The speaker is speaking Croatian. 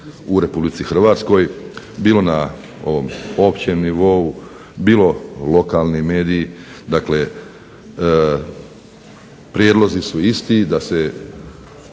u Republici Hrvatskoj, bilo na ovom općem nivou, bilo lokalni mediji, dakle prijedlozi su isti da se